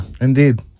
Indeed